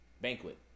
banquet